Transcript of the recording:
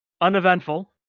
uneventful